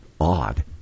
odd